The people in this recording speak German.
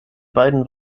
beiden